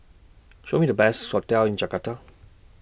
Show Me The Best hotels in Jakarta